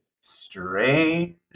strange